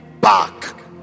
back